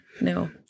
No